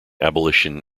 abolition